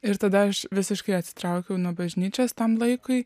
ir tada aš visiškai atsitraukiau nuo bažnyčios tam laikui